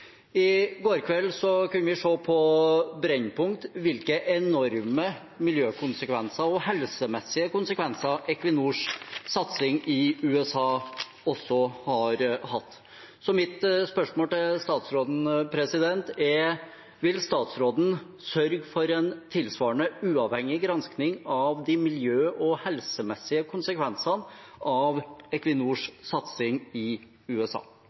I går kveld kunne vi se på Brennpunkt hvilke enorme miljø- og helsemessige konsekvenser Equinors satsing i USA også har hatt. Så mitt spørsmål til statsråden er: Vil statsråden sørge for en tilsvarende uavhengig gransking av de miljø- og helsemessige konsekvensene av Equinors satsing i USA?